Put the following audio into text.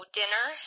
dinner